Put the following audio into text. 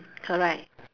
correct